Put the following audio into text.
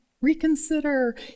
reconsider